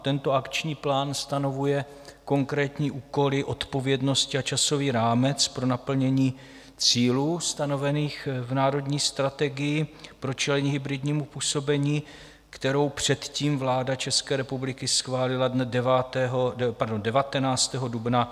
Tento akční plán stanovuje konkrétní úkoly, odpovědnosti a časový rámec pro naplnění cílů stanovených v Národní strategii pro čelení hybridnímu působení, kterou předtím vláda České republiky schválila dne 19. dubna 2021.